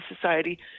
Society